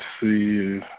see